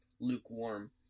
lukewarm